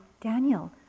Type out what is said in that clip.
Daniel